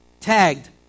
tagged